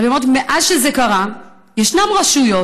אבל היא אומרת שמאז שזה קרה ישנן רשויות